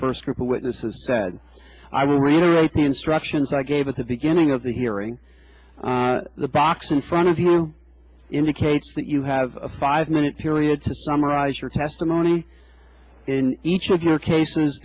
first group of witnesses said i will reiterate the instructions i gave at the beginning of the hearing the box in front of you indicates that you have a five minute period to summarize your testimony in each of your cases